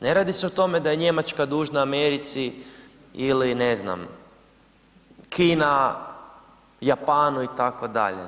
Ne radi se o tome da je Njemačka dužna Americi, ili ne znam, Kina Japanu, itd.